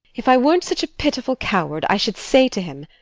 if i weren't such a pitiful coward, i should say to him,